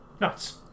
Nuts